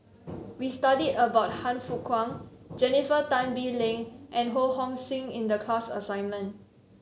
we studied about Han Fook Kwang Jennifer Tan Bee Leng and Ho Hong Sing in the class assignment